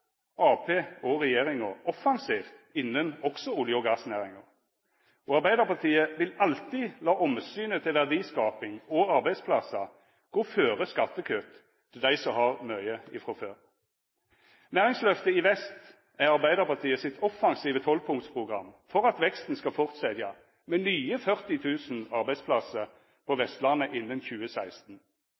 Arbeidarpartiet og regjeringa offensivt også innanfor olje- og gassnæringa. Arbeidarpartiet vil alltid lata omsynet til verdiskaping og arbeidsplassar gå føre skattekutt til dei som har mykje frå før. Næringsløftet i Vest er Arbeidarpartiet sitt offensive 12-punktsprogram for at veksten skal fortsetja med nye 40 000 arbeidsplassar på Vestlandet innan 2016.